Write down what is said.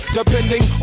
Depending